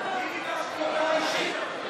אני ביקשתי הודעה אישית,